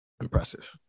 impressive